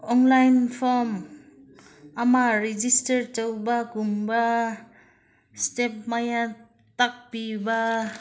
online form ꯑꯃ register ꯇꯧꯕꯒꯨꯝꯕ step ꯃꯌꯥꯝ ꯇꯥꯛꯄꯤꯕ